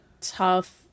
tough